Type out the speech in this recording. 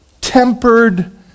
tempered